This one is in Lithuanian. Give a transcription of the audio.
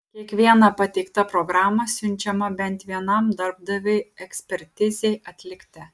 kiekviena pateikta programa siunčiama bent vienam darbdaviui ekspertizei atlikti